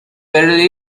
very